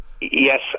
Yes